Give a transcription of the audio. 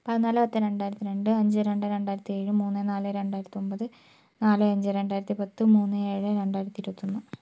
പതിനാല് പത്ത് രണ്ടായിരത്തി രണ്ട് അഞ്ച് രണ്ട് രണ്ടായിരത്തിയേഴ് മൂന്ന് നാല് രണ്ടായിരത്തൊമ്പത് നാല് അഞ്ച് രണ്ടായിരത്തി പത്ത് മൂന്ന് ഏഴ് രണ്ടായിരത്തി ഇരുപത്തൊന്ന്